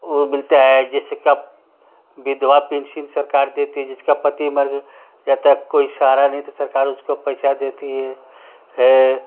वो मिलता है जैसे कि अब विधवा पिनसिल सरकार देती जिसका पति मर जाता है कोई सहारा नहीं त सरकार उसको पैसा देती है है